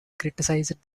criticized